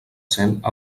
cent